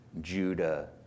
Judah